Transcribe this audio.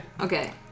Okay